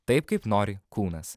taip kaip nori kūnas